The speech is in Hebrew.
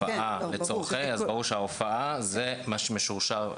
אז ברור שהופעה זה משורשר.